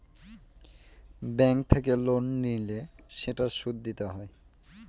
bank থেকে loan নিলে সেটার সুদ দিতে হয়